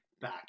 back